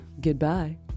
Goodbye